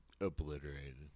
obliterated